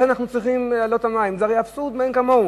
לכן אנחנו צריכים להעלות את מחיר המים.